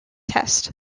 test